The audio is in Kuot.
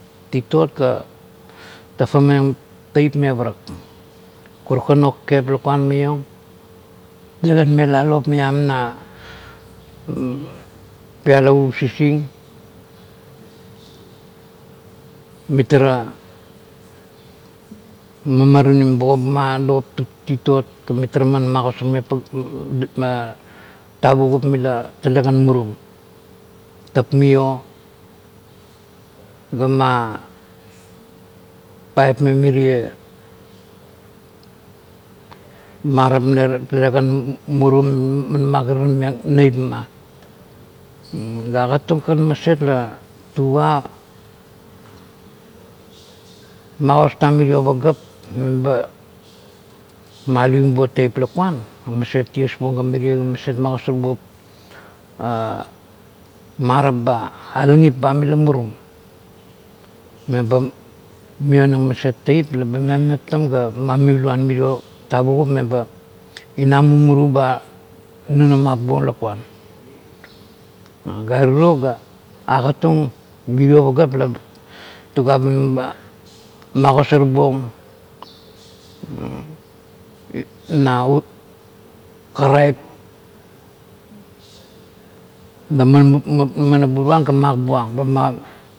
Titot ga tafameng teip me parap, karukan o kakep lakuan maion, tulekan mela lop maiam na pialap o usising mitara mamaranim bogobup ma lop titot ga mitara man ma gosarming tavugup mila talekan murum, taipmio ga ma paip meng mirie marap la talekan murum man magirarameng neip ma. Ga agatunkan maset la tugua magosar tang mirio pagap me ba alivim buong teip lakuan ga maset ties buong ga mirie ga maset magosarbuong marap ga alangip ba mila murum, meba mionang maset teip leba meptam ga mameluan mirio tavugup meba ina mumuru ba nunamap buong lakuan. Gere tiro ga agatun mirio pagap tugua ba magosar buong na karaip la manaburuan ga mak buong.